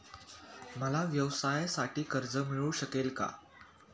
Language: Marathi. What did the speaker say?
मला व्यवसायासाठी कर्ज मिळू शकेल का?